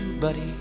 buddy